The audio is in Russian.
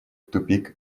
тупик